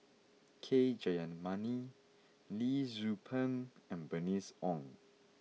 K Jayamani Lee Tzu Pheng and Bernice Ong